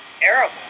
terrible